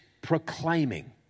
proclaiming